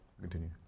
Continue